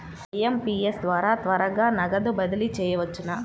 IMPS ద్వారా త్వరగా నగదు బదిలీ చేయవచ్చునా?